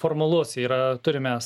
formalus yra turim mes